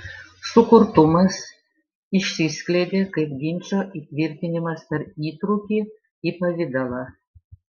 sukurtumas išsiskleidė kaip ginčo įtvirtinimas per įtrūkį į pavidalą